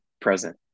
present